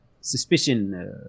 suspicion